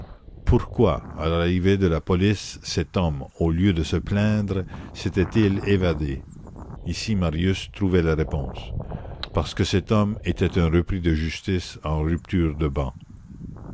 pourquoi à l'arrivée de la police cet homme au lieu de se plaindre s'était-il évadé ici marius trouvait la réponse parce que cet homme était un repris de justice en rupture de ban